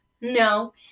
No